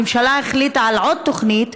הממשלה החליטה על עוד תוכנית,